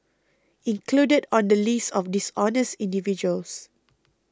included on the list of dishonest individuals